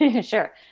Sure